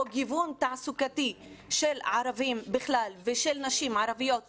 או גיוון תעסוקתי של ערבים בכלל ושל נשים ערביות בפרט,